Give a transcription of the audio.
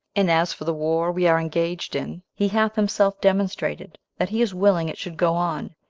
and as for the war we are engaged in, he hath himself demonstrated that he is willing it should go on,